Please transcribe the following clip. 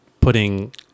putting